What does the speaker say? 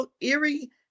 eerie